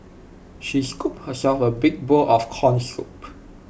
she scooped herself A big bowl of Corn Soup